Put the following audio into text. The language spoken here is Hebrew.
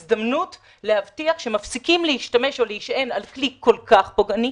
יש הזדמנות להבטיח שמפסיקים להשתמש או להישען על כלי כל כך פוגעני,